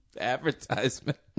advertisement